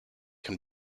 can